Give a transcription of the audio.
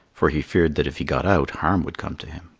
for he feared that if he got out harm would come to him.